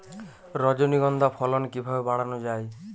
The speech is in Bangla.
রজনীগন্ধা ফলন কিভাবে বাড়ানো যায়?